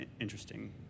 interesting